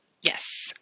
Yes